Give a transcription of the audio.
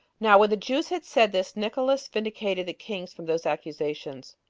now when the jews had said this, nicolaus vindicated the kings from those accusations,